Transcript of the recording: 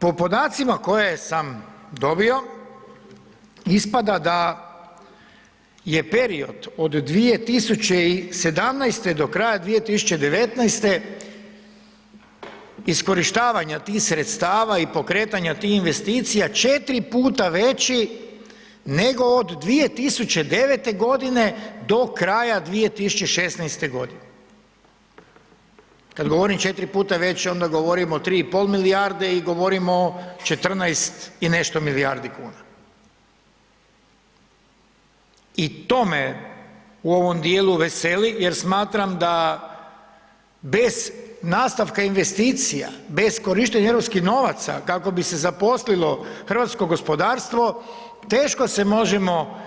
Po podacima koje sam dobio ispada da je period od 2017. do kraja 2019. iskorištavanja tih sredstava i pokretanja tih investicija 4 puta veći nego od 2009.g. do kraja 2016.g. Kad govorim 4 puta veći onda govorim o 3,5 milijarde i govorim o 14 i nešto milijardi kuna i to me u ovom dijelu veseli jer smatram da bez nastavka investicija, bez korištenja europskih novaca kako bi se zaposlilo hrvatsko gospodarstvo teško se možemo